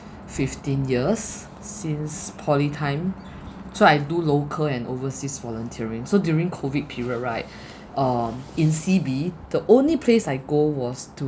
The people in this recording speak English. fifteen years since poly time so I do local and overseas volunteering so during COVID period right um in C_B the only place I go was